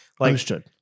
Understood